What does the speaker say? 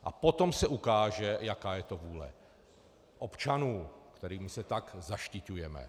A potom se ukáže, jaká je to vůle občanů, kterými se tak zaštiťujeme.